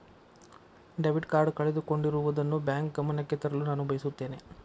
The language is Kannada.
ಡೆಬಿಟ್ ಕಾರ್ಡ್ ಕಳೆದುಕೊಂಡಿರುವುದನ್ನು ಬ್ಯಾಂಕ್ ಗಮನಕ್ಕೆ ತರಲು ನಾನು ಬಯಸುತ್ತೇನೆ